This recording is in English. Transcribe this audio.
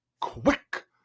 quick